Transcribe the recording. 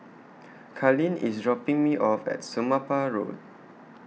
Carlene IS dropping Me off At Somapah Road